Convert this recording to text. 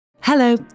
Hello